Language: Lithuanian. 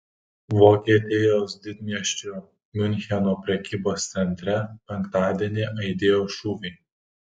vokietijos didmiesčio miuncheno prekybos centre penktadienį aidėjo šūviai